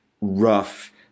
rough